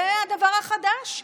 זה הדבר החדש?